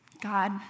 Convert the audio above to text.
God